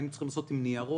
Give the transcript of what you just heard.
היינו צריכים לעבוד עם ניירות.